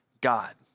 God